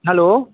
hello